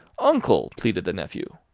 uncle! pleaded the nephew.